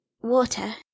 water